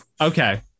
Okay